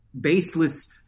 baseless –